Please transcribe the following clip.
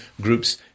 groups